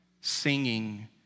singing